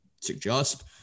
suggest